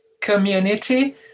community